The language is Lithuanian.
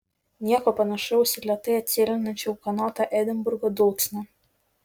nieko panašaus į lėtai atsėlinančią ūkanotą edinburgo dulksną